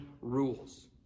rules